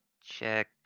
check